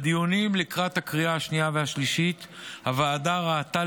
בדיונים לקראת הקריאה השנייה והשלישית הוועדה ראתה